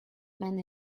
many